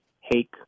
hake